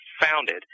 founded